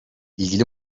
i̇lgili